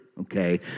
okay